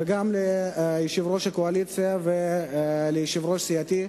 וגם ליושב-ראש הקואליציה וליושב-ראש סיעתי,